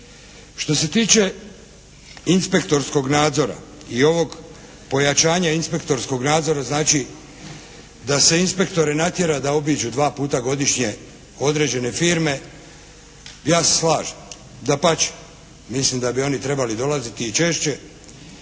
Što se tiče inspektorskog nadzora i ovog pojačanja inspektorskog nadzora znači da se inspektore natjera da obiđu dva puta godišnje određene firme ja se slažem, dapače. Mislim da bi oni trebali dolaziti i češće.